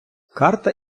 карта